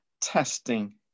testing